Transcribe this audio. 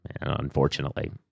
unfortunately